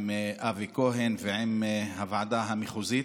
עם אבי כהן ועם הוועדה המחוזית,